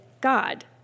God